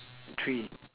three